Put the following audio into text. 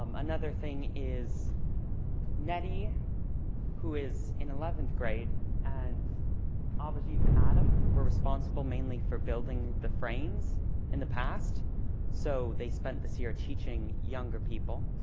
um another thing is nettie who is in eleventh grade and obviously and adam were responsible mainly for building the frames in the past so they spent this year teaching younger people